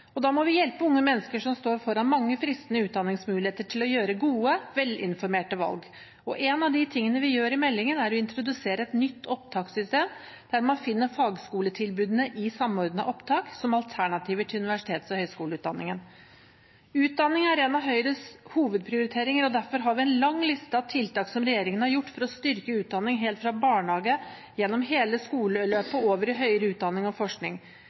Da må vi hjelpe unge mennesker som står foran mange fristende utdanningsmuligheter, til å gjøre gode, velinformerte valg. En av de tingene vi gjør i meldingen, er å introdusere et nytt opptakssystem, der man finner fagskoletilbudene i Samordna opptak som alternativer til universitets- og høyskoleutdanningen. Utdanning er en av Høyres hovedprioriteringer, derfor har vi en lang liste av tiltak som regjeringen har satt i verk for å styrke utdanning helt fra barnehage, gjennom hele skoleløpet og over i høyere utdanning og forskning.